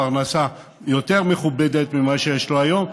פרנסה יותר מכובדת ממה שיש לו היום.